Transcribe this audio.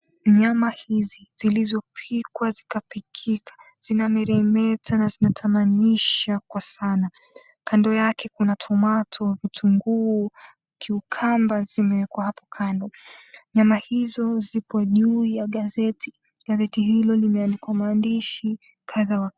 Nyama hizi zilizopikwa zikapikika zina meremeta na zina tamanisha kwa sana. Kando yake kuna tomato , kitunguu, cucumber zimewekwa hapo kando. Nyama hizo zipo juu ya gazeti gazeti hilo limeandikwa maandishi kadha wa kadha.